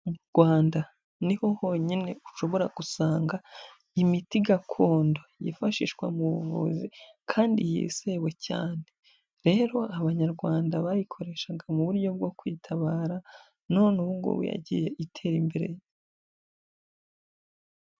Mu Rwanda niho honyine ushobora gusanga imiti gakondo yifashishwa mu buvuzi kandi yizewe cyane, rero abanyarwanda bayikoreshaga mu buryo bwo kwitabara none ubu ngubu yagiye itera imbere.